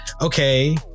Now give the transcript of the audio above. okay